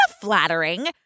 flattering